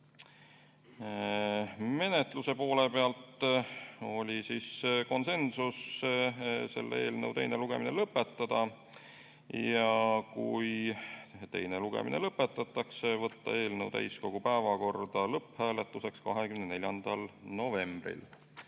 laiemalt. Menetluse poole pealt oli konsensus selle eelnõu teine lugemine lõpetada. Ja kui teine lugemine lõpetatakse, on ettepanek võtta eelnõu täiskogu päevakorda lõpphääletuseks 24. novembril.